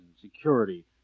security